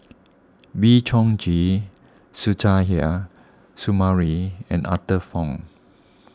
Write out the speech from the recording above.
Wee Chong Jin Suzairhe Sumari and Arthur Fong